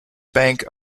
bank